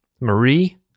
Marie